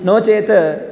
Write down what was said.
नो चेत्